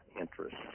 interests